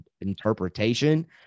interpretation